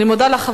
אני מודה לך,